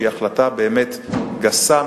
שהיא החלטה באמת גסה,